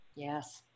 Yes